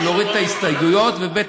להוריד את ההסתייגות, וב.